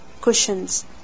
cushions